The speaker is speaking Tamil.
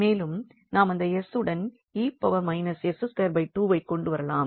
மேலும் நாம் அந்த 𝑠 உடன் 𝑒−𝑠22ஐ கொண்டு வரலாம்